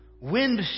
wind